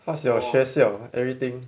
how's your 学校 everything